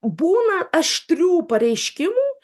būna aštrių pareiškimų